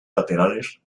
laterales